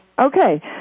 Okay